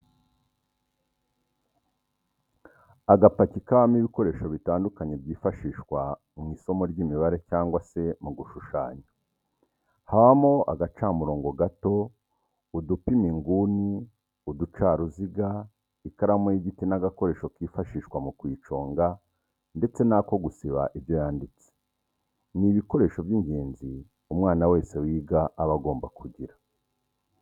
Agapaki kabamo ibikoresho bitandukanye byifashishwa mu isomo ry'imibare cyangwa se mu gushushanya habamo agacamurongo gato, udupima inguni, uducaruziga, ikaramu y'igiti n'agakoresho kifashishwa mu kuyiconga ndetse n'ako gusiba ibyo yanditse, ni ibikoresho by'ingenzi umwana wese wiga aba agomba kugira.